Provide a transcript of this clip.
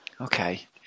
Okay